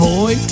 Boy